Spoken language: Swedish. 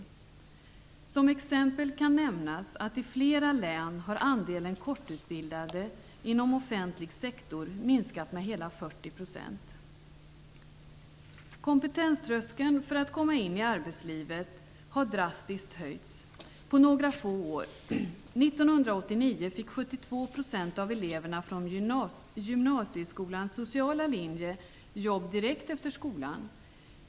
Som exempel kan nämnas att andelen kortutbildade inom offentlig sektor i flera län har minskat med hela 40 %. Kompetenströskeln för att komma in i arbetslivet har drastiskt höjts på några få år. 1989 fick 72 % av eleverna från gymnasieskolans sociala linje jobb direkt efter skolan.